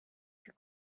più